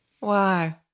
Wow